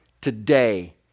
today